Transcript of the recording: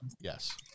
Yes